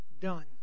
done